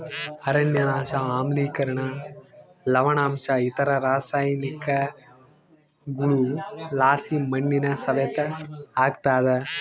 ಅರಣ್ಯನಾಶ ಆಮ್ಲಿಕರಣ ಲವಣಾಂಶ ಇತರ ರಾಸಾಯನಿಕಗುಳುಲಾಸಿ ಮಣ್ಣಿನ ಸವೆತ ಆಗ್ತಾದ